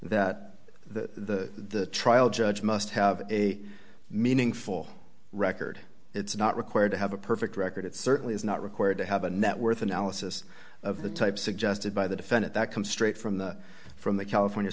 that the trial judge must have a meaningful record it's not required to have a perfect record it certainly is not required to have a net worth analysis of the type suggested by the defendant that comes straight from the from the california